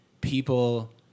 people